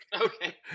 Okay